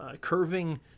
curving